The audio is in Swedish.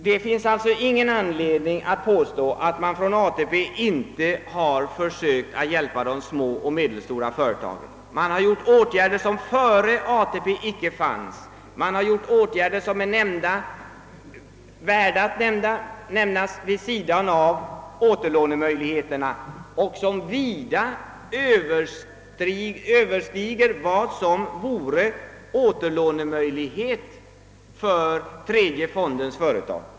Det finns alltså ingen anledning påstå, att man inte försökt hjälpa de små och medelstora företagen med ATP medel. Det har sedan ATP:s tillkomst vidtagits åtgärder, som är värda att nämnas vid sidan av återlånemöjligheterna och som ger tredje fondens företag vida större möjligheter till återlåning än vad bara tredje AP-fonden ger.